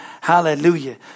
hallelujah